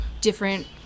different